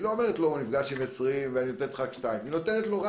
היא לא אומרת שהוא נפגש עם 20 ואני נותנת לך רק 2. היא נותנת רק